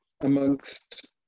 amongst